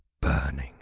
Burning